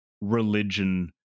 religion